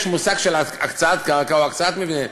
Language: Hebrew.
יש מושג של הקצאת קרקע, או הקצאת מבנה.